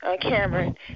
Cameron